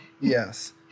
yes